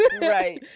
Right